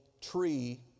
tree